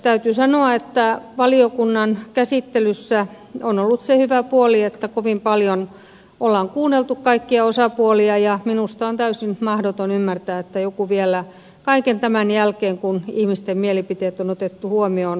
täytyy sanoa että valiokunnan käsittelyssä on ollut se hyvä puoli että kovin paljon on kuunneltu kaikkia osapuolia ja minusta on täysin mahdoton ymmärtää että joku vielä kaiken tämän jälkeen kun ihmisten mielipiteet on otettu huomioon voi tätä vastustaa